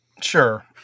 Sure